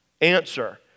Answer